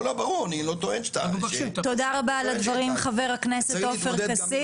תודה רבה על הדברים חה"כ עופר כסיף.